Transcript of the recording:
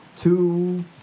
two